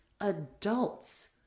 adults